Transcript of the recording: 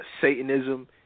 Satanism